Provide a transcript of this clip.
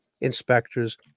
inspectors